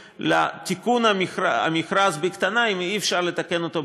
לתיקון המכרז בקטנה אם אי-אפשר לתקן אותו,